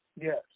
Yes